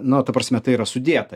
nu ta prasme tai yra sudėta